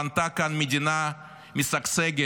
בנתה כאן מדינה משגשגת,